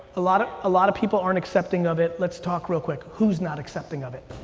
ah lot of ah lot of people aren't accepting of it. let's talk real quick. who's not accepting of it?